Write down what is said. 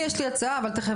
אני יש לי הצעה אבל תיכף,